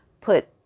put